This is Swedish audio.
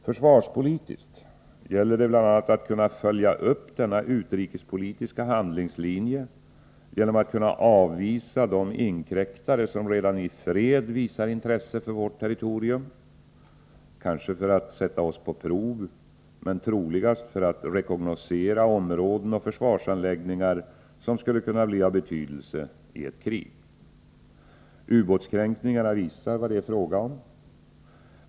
Försvarspolitiskt gäller det bl.a. att kunna följa upp denna utrikespolitiska handlingslinje genom att kunna avvisa de inkräktare som redan i fred visar intresse för vårt territorium, kanske för att sätta oss på prov men troligast för att rekognoscera områden och försvarsanläggningar som skulle kunna bli av betydelse i ett krig. Ubåtskränkningarna visar vad det här är fråga om.